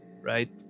right